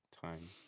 time